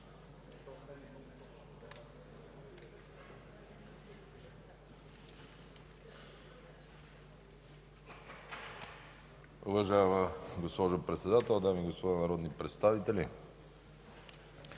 Уважаема госпожо Председател, дами и господа народни представители!